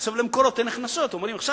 ועכשיו ל"מקורות" אין הכנסות ואומרים: עכשיו,